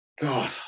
God